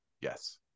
Yes